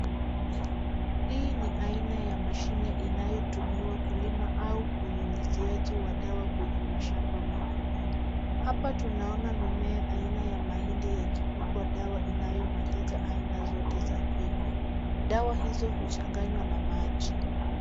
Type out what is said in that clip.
Hii ni aina ya mashine inayotumiwa kulima au unyunyiziaji wa dawa kwenye mashamba makubwa. Hapa tunaona mimea aina ya mahindi yakipigwa dawa inayomaliza aina zote za kwekwe. Dawa hizo huchanganywa na maji.